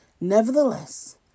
Nevertheless